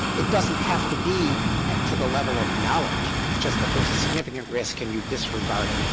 it doesn't have to be to the level of knowledge. it's just that there is a significant risk and you disregard it.